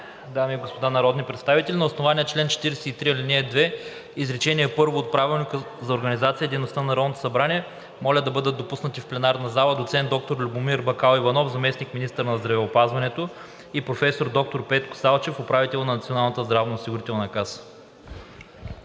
дами и господа народни представители! На основание чл. 43, ал. 2, изр. първо от Правилника за организацията и дейността на Народното събрание моля да бъдат допуснати в пленарната зала доцент доктор Любомир Бакаливанов – заместник-министър на здравеопазването, и професор доктор Петко Салчев – управител на Националната здравноосигурителна каса.